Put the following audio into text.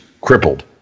crippled